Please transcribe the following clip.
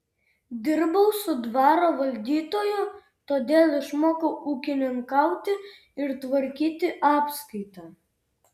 dirbau su dvaro valdytoju todėl išmokau ūkininkauti ir tvarkyti apskaitą